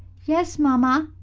yes, mamma,